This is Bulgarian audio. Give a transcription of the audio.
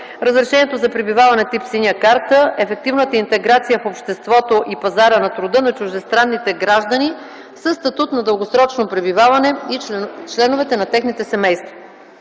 разрешението за пребиваване тип „синя карта” и ефективната интеграция в обществото и пазара на труда на чуждестранните граждани със статут на дългосрочно пребиваване и членовете на техните семейства.